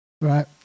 Right